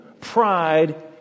pride